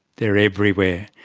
they're everywhere,